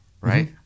right